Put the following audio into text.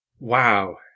Wow